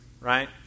right